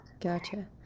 Gotcha